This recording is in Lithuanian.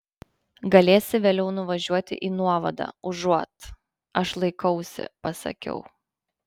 galėsi vėliau nuvažiuoti į nuovadą užuot aš laikausi pasakiau